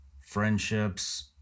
friendships